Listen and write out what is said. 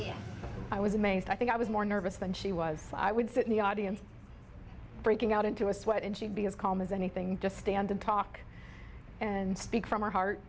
take i was amazed i think i was more nervous than she was so i would sit in the audience breaking out into a sweat and she'd be as calm as anything to stand and talk and speak from her heart